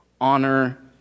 honor